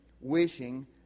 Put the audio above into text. wishing